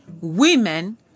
Women